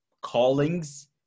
callings